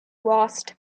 lost